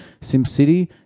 SimCity